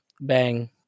bang